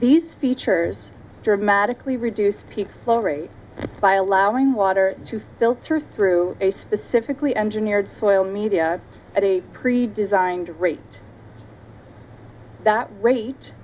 these features dramatically reduced peeps flow rate by allowing water to filter through a specifically engineered soil media at a pre designed rate that rate